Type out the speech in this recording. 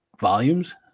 volumes